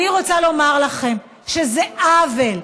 אני רוצה לומר לכם שזה עוול.